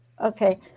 Okay